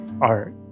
art